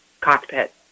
cockpit